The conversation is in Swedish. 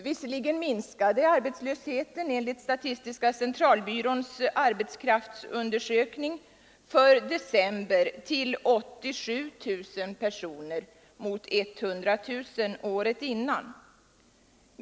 Visserligen minskade arbetslösheten enligt statistiska centralbyråns arbetskraftsundersökning för december till 87 000 personer mot 100000 året innan.